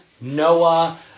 Noah